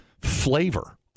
flavor